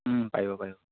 পাৰিব পাৰিব